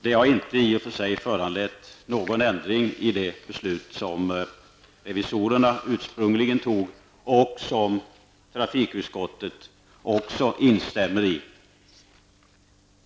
Detta har i och för sig inte föranlett någon ändring i de beslut som revisorerna ursprungligen fattade och som trafikutskottet också instämmer i.